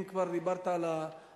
אם כבר דיברת על הנושא